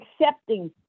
accepting